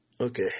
Okay